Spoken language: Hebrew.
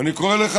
ואני קורא לך,